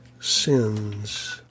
sins